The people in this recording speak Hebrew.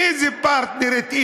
איזה פרטנרית?